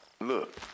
look